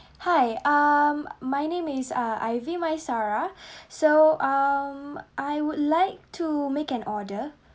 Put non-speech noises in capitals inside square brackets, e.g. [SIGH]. [BREATH] hi um my name is uh ivy maisara [BREATH] so um I would like to make an order